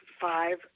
five